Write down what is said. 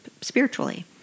spiritually